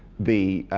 the,